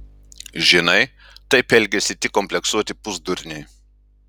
žinai taip elgiasi tik kompleksuoti pusdurniai